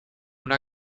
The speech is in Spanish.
una